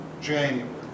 January